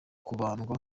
kubandwa